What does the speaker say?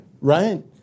right